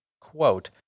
quote